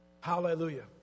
Hallelujah